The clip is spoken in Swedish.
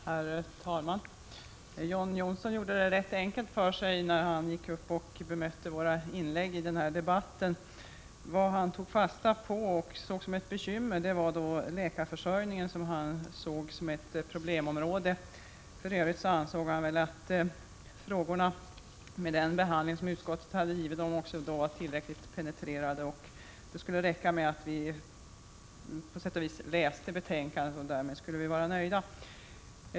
Herr talman! John Johnsson gjorde det enkelt för sig när han gick upp och bemötte våra inlägg i denna debatt. Vad han tog fasta på och såg som ett bekymmer var läkarförsörjningen, som han ansåg vara ett problemområde. För övrigt tyckte han väl att frågorna med den behandling som utskottet har gett dem var tillräckligt penetrerade. Det skulle räcka med att vi läste betänkandet, och därmed skulle vi vara nöjda.